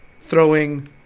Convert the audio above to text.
throwing